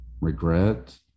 regret